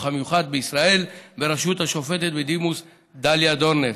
המיוחד בישראל בראשות השופטת בדימוס דליה דורנר,